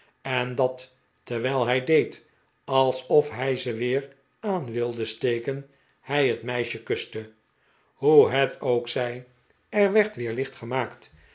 en dat terwijl hij deed alsof hij ze weer aan wilde steken hij het meisje kuste hoe hef ook zij er werd weer licht gemaakt